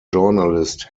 journalist